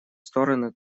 стороны